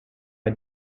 are